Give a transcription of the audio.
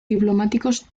diplomáticos